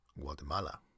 Guatemala